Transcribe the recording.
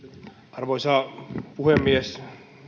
arvoisa puhemies